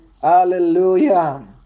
Hallelujah